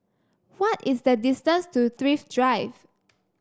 why is the distance to Thrift Drive